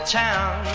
town